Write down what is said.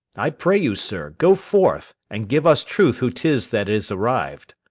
i pray you, sir, go forth, and give us truth who tis that is arriv'd.